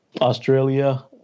Australia